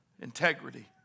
integrity